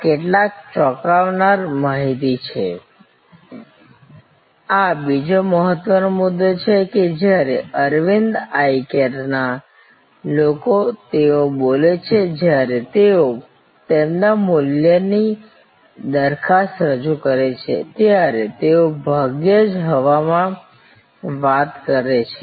આ કેટલાક ચોંકાવનારા માહિતી છે આ બીજો મહત્વનો મુદ્દો છે કે જ્યારે અરવિંદ આઇ કેરના લોકો તેઓ બોલે છે જ્યારે તેઓ તેમના મૂલ્યની દરખાસ્ત રજૂ કરે છે ત્યારે તેઓ ભાગ્યે જ હવામાં વાત કરે છે